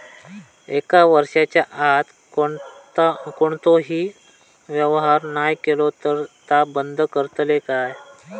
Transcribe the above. एक वर्षाच्या आत कोणतोही व्यवहार नाय केलो तर ता बंद करतले काय?